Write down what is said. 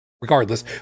regardless